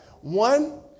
One